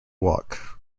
walk